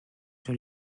sur